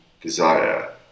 desire